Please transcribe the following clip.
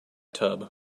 tub